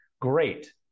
great